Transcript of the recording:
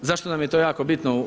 Zašto nam je to jako bitno?